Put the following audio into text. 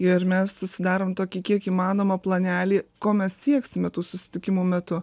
ir mes susidarom tokį kiek įmanoma planelį ko mes sieksime tų susitikimų metu